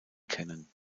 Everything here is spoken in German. kennen